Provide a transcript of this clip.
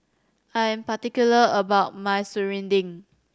I am particular about my serunding